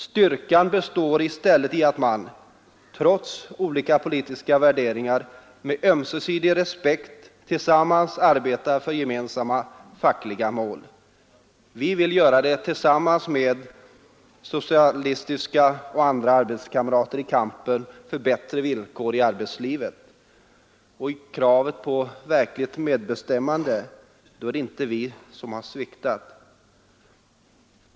Styrkan består i stället i att man — trots olika politiska värderingar — med ömsesidig respekt tillsammans arbetar för gemensamma fackliga mål. Vi vill göra det tillsammans med socialistiska och andra arbetskamrater i kampen för bättre villkor i arbetslivet, och när det gäller kravet på verkligt medbestämmande är det inte vi som har sviktat.